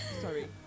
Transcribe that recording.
Sorry